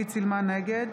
נגד